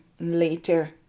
later